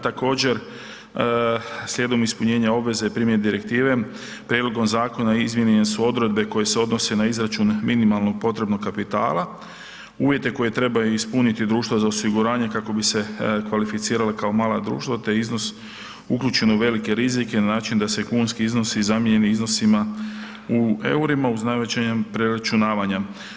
Također, slijedom ispunjenja obveze primjene direktive, prijedlogom zakona izmijenjene su odredbe koje se odnose na izračun minimalnog potrebnog kapitala, uvjete koje trebaju ispuniti društva za osiguranje, kako bi se kvalificirala kao mala društva te iznos uključen u velike rizike na način da se kunski iznosi zamijene iznosima u eurima uz navođenjem preračunavanja.